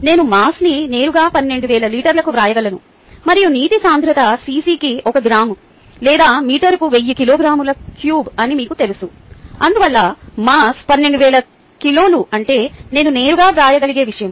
నేను మాస్ని నేరుగా 12000 లీటర్లకు వ్రాయగలను మరియు నీటి సాంద్రత సిసికి ఒక గ్రాము లేదా మీటరుకు వెయ్యి కిలోగ్రాముల క్యూబ్ అని మీకు తెలుసు అందువల్ల మాస్ 12000 కిలోలు అంటే నేను నేరుగా వ్రాయగలిగే విషయం